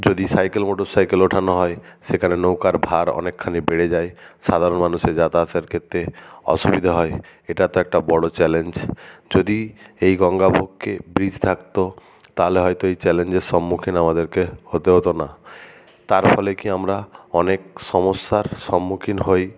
যদি cycle motorcycle ওঠানো হয় সেখানে নৌকার ভার অনেকখানি বেড়ে যায় সাধারণ মানুষের যাতায়াতের ক্ষেত্রে অসুবিধে হয় এটা তো একটা বড় চ্যালেঞ্জ যদি এই গঙ্গাবক্ষে ব্রিজ থাকত তাহলে হয়তো এই চ্যালেঞ্জের সম্মুখীন আমাদেরকে হতে হতো না তার ফলে কি আমরা অনেক সমস্যার সম্মুখীন হই